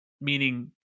meaning